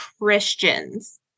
Christians